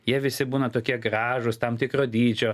jie visi būna tokie gražūs tam tikro dydžio